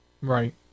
Right